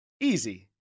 Easy